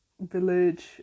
village